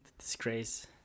disgrace